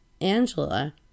Angela